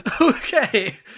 Okay